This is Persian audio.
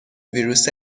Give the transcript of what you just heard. ویروس